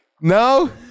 No